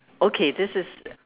okay this is